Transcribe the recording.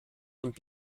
und